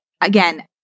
again